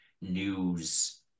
news